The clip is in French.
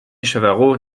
chavarot